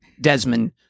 Desmond